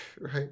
right